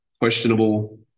questionable